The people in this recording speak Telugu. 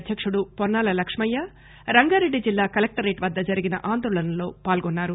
అధ్యకుడు పొన్నాల లక్ష్మయ్య రంగారెడ్డి జిల్లా కలెక్టరేట్ వద్ద జరిగిన ఆందోళనలో పాల్గొన్నారు